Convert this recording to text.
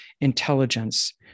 intelligence